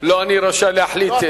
לא אני רשאי להחליט.